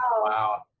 Wow